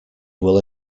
will